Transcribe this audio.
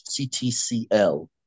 ctcl